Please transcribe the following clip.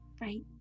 Right